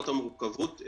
למרות המורכבות,